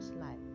life